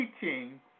teaching